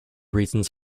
reasons